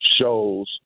shows